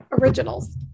originals